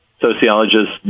sociologist